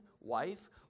wife